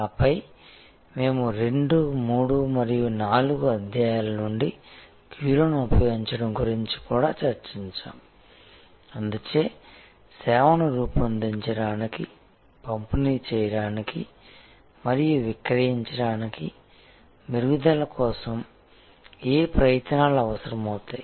ఆపై మేము 2 3 మరియు 4 అధ్యాయాల నుండి క్యూలను ఉపయోగించడం గురించి కూడా చర్చించాము అందుచే సేవను రూపొందించడానికి పంపిణీ చేయడానికి మరియు విక్రయించడానికి మెరుగుదల కోసం ఏ ప్రయత్నాలు అవసరమవుతాయి